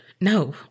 no